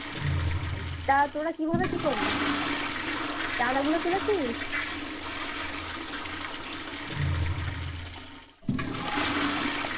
তা তোরা কীভাবে কী করবি চাঁদাগুলো তুলেছিস